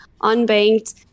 unbanked